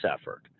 effort